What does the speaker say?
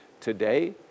today